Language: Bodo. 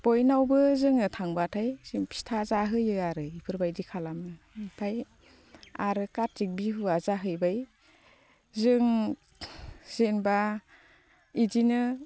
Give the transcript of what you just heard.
बयनावबो जोङो थांबाथाय जों फिथा जाहोयो आरो बेफोरबायदि खालामो ओमफ्राय आरो खाथिक बिहुआ जाहैबाय जों जेनेबा बिदिनो